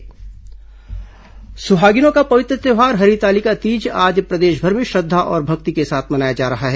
तीज गणेश चतुर्थी सुहागिनों का पवित्र त्यौहार हरितालिका तीज आज प्रदेशभर में श्रद्धा और भक्ति के साथ मनाया जा रहा है